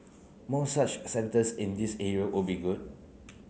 more such centres in these area would be good